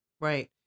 Right